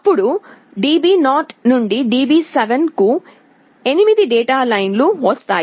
అప్పుడు DB0 నుండి DB7 కు 8 డేటా లైన్లు వస్తాయి